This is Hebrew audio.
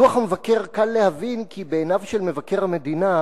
מדוח המבקר קל להבין כי בעיניו של מבקר המדינה,